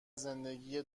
زندگی